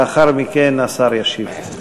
לאחר מכן השר ישיב.